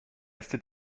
erste